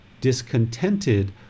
discontented